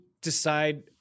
decide –